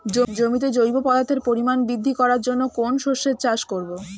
জমিতে জৈব পদার্থের পরিমাণ বৃদ্ধি করার জন্য কোন শস্যের চাষ করবো?